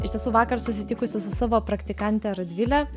iš tiesų vakar susitikusi su savo praktikante radvile